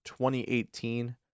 2018